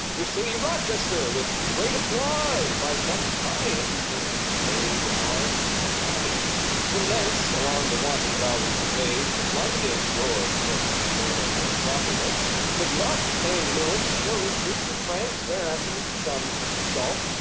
your city rochester with great applause by some divine instinct laid arms aside from thence, along the wanton rowling glade to london, your most fair metropolis, with luck came lewis to show his troops of france, where after some assault,